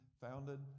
founded